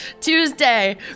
Tuesday